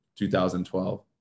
2012